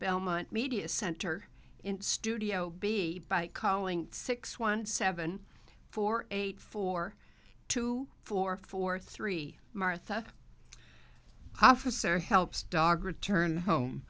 belmont media center in studio b by calling six one seven four eight four two four four three martha officer helps dog return home